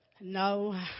No